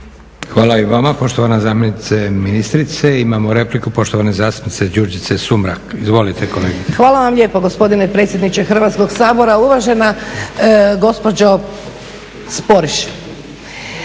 Hvala i vama poštovana zamjenice ministrice. Imamo repliku poštovane zastupnice Đurđice Sumrak. Izvolite kolegice. **Sumrak, Đurđica (HDZ)** Hvala vam lijepo gospodine predsjedniče Hrvatskog sabora. Uvažena gospođo Sporiš,